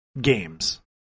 games